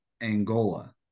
Angola